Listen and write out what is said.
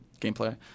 gameplay